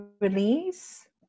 release